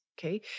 okay